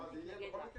זה יהיה בכל מקרה?